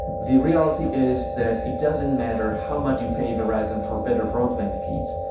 the reality is that it doesn't matter how much you pay verizon for better broadband speeds.